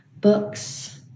Books